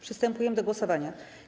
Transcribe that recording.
Przystępujemy do głosowania.